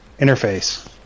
Interface